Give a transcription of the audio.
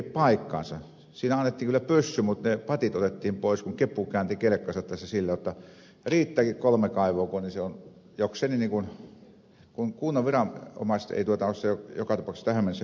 siinä annettiin kyllä pyssy mutta ne patit otettiin pois kun kepu käänsi kelkkansa tässä silleen jotta riittääkin kunhan siellä on kolme kaivoa vaikka kunnan viranomaiset eivät tuota ole joka tapauksessa tähän mennessä hyväksyneet